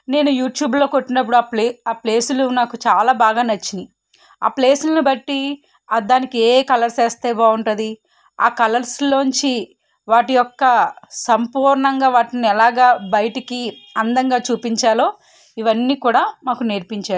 నేను యూట్యూబ్లో కొట్టినప్పుడు ఆ ప్లేస్ ఆ ప్లేసులు నాకు చాలా బాగా నచ్చినాయి ఆ ప్లేస్లని బట్టి ఆ దానికి ఏయే కలర్స్ వేస్తే బాగుంటుంది ఆ కలర్స్లోంచి వాటి యొక్క సంపూర్ణంగా వాటిని ఎలాగా బయటికి అందంగా చూపించాలో ఇవన్నీ కూడా మాకు నేర్పించారు